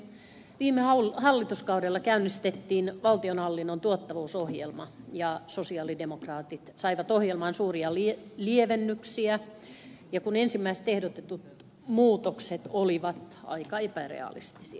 viime hallituskaudella käynnistettiin valtionhallinnon tuottavuusohjelma ja sosialidemokraatit saivat ohjelmaan suuria lievennyksiä kun ensimmäiset ehdotetut muutokset olivat aika epärealistisia